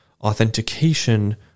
authentication